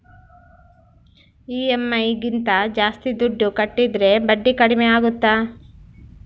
EMI ಗಿಂತ ಜಾಸ್ತಿ ದುಡ್ಡು ಕಟ್ಟಿದರೆ ಬಡ್ಡಿ ಕಡಿಮೆ ಆಗುತ್ತಾ?